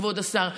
כבוד השר,